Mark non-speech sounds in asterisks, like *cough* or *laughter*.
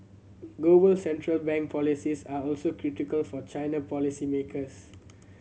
global central bank policies are also critical for China policy makers *noise*